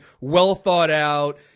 well-thought-out